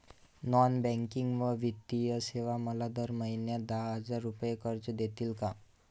Non banking व वित्तीय सेवा मला दर महिन्याला दहा हजार रुपये कर्ज देतील का?